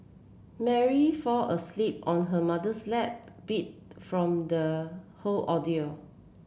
Mary fall asleep on her mother's lap beat from the whole ordeal